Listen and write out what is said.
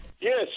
yes